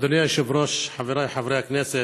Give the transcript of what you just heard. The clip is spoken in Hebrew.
אדוני היושב-ראש, חבריי חברי הכנסת,